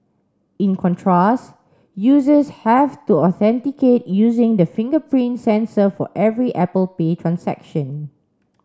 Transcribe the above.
in contrast users have to authenticate using the fingerprint sensor for every Apple Pay transaction